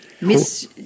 Miss